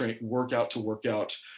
workout-to-workout